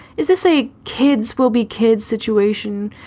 is this a kids will be kids situation?